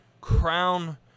Crown